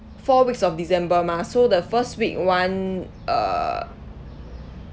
four weeks of december mah so the first week [one] uh